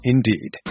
Indeed